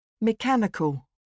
Mechanical